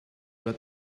alla